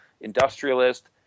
industrialist